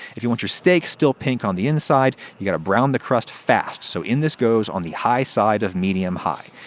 if you want your steak still pink on the inside, you gotta brown the crust fast, so in this goes on the high side of medium-high.